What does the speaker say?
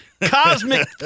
cosmic